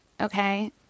Okay